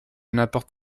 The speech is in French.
n’importe